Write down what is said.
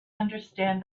understand